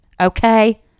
okay